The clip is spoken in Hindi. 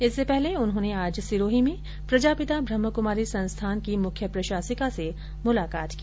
इससे पहले उन्होंने आज सिरोही में प्रस्तावित ब्रम्ह क्मारी संस्थान की मुख्य प्रशासिका से मुलाकात की